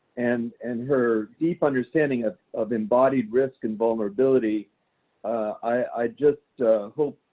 and and her deep understanding of of embodied risk and vulnerability i just hope,